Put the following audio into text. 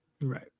Right